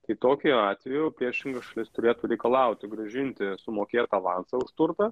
tai tokiu atveju priešinga šalis turėtų reikalauti grąžinti sumokėtą avansą už turtą